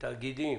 תאגידים